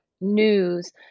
news